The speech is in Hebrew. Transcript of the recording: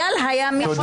מי בעד ההסתייגות?